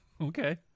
Okay